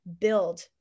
build